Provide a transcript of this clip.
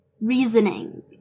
reasoning